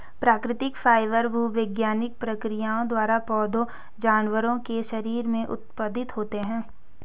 प्राकृतिक फाइबर भूवैज्ञानिक प्रक्रियाओं द्वारा पौधों जानवरों के शरीर से उत्पादित होते हैं